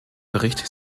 bericht